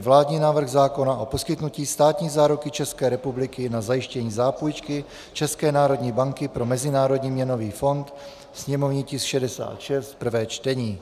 Vládní návrh zákona o poskytnutí státní záruky České republiky na zajištění zápůjčky České národní banky pro Mezinárodní měnový fond /sněmovní tisk 66/ prvé čtení